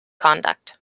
conduct